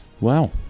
Wow